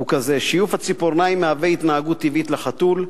היא כזאת: שיוף הציפורניים הוא התנהגות טבעית לחתול,